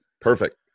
Perfect